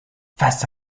face